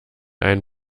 ein